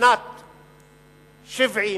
בשנת 1970,